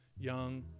young